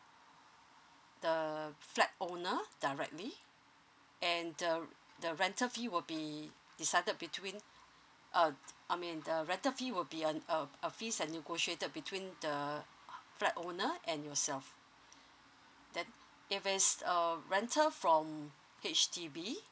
The flat owner directly and the the rental fee will be decided between uh I mean the rental fee will be uh a fee as negotiated between the flat owner and yourself then if it's um rental from H_D_B